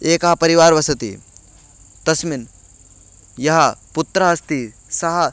एकः परिवारः वसति तस्मिन् यः पुत्रः अस्ति सः